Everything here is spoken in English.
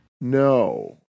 no